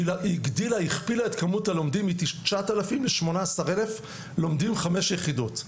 שהיא הכפילה את כמות הלומדים מ-9,000 ל-18,000 לומדים חמש יחידות,